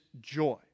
joy